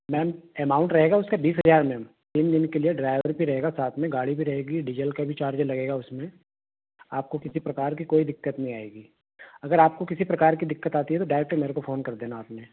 ma'am amount रहेगा उसका बीस हज़ार मैम तीन दिन के लिए ड्राइवर भी रहेगा साथ में गाड़ी भी रहेगी डीजल का भी चार्ज लगेगा उसमें आपको किसी प्रकार की कोई दिक्कत नहीं आएगी अगर आपको किसी प्रकार की दिक्कत आती है तो डायरेक्ट ही मेरे को फोन कर देना आपने